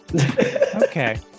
Okay